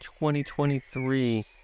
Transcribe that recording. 2023